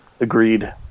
Agreed